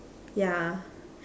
ya